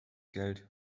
geld